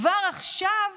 כבר עכשיו